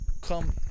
come